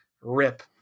rip